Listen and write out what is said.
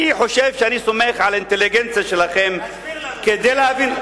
אני חושב שאני סומך על האינטליגנציה שלכם כדי להבין,